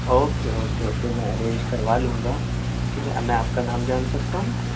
okay okay تو میں arrange کروا لوںگا ٹھیک ہے اب میں آپ کا نام جان سکتا ہوں